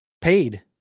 paid